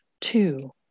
Two